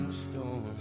storm